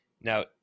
Now